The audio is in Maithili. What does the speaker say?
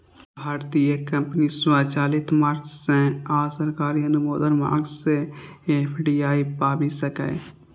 भारतीय कंपनी स्वचालित मार्ग सं आ सरकारी अनुमोदन मार्ग सं एफ.डी.आई पाबि सकैए